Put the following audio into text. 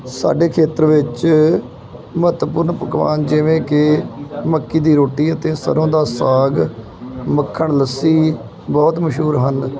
ਸਾਡੇ ਖੇਤਰ ਵਿੱਚ ਮਹੱਤਵਪੂਰਨ ਪਕਵਾਨ ਜਿਵੇਂ ਕਿ ਮੱਕੀ ਦੀ ਰੋਟੀ ਅਤੇ ਸਰੋਂ ਦਾ ਸਾਗ ਮੱਖਣ ਲੱਸੀ ਬਹੁਤ ਮਸ਼ਹੂਰ ਹਨ